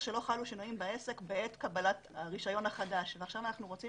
שלא חלו שינויים בעסק בעת קבלת הרישיון החדש ועכשיו אנחנו רוצים